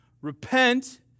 repent